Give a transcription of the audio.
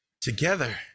together